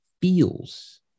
feels